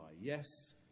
yes